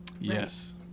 yes